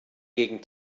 gegen